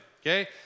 okay